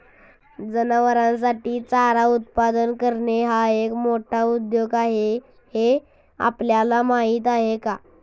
जनावरांसाठी चारा उत्पादन करणे हा एक मोठा उद्योग आहे हे आपल्याला माहीत आहे का?